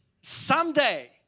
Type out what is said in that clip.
someday